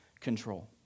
control